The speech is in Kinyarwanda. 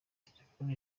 telefoni